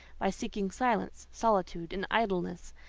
by seeking silence, solitude and idleness.